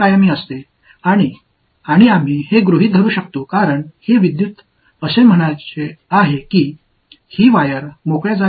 மேலும் இந்த அனுமானத்தை நாம் செய்யலாம் ஏனெனில் இந்த மின்னோட்டம் இந்த கம்பி காலியான இடத்தில் கிடக்கிறது